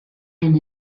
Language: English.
and